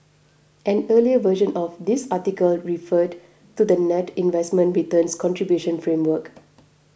an earlier version of this article referred to the net investment returns contribution framework